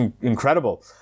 incredible